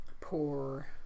Poor